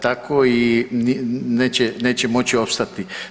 Tako ni neće moći opstati.